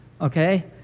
okay